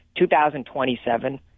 2027